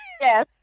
Yes